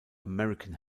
american